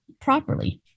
properly